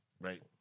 right